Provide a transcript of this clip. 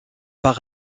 par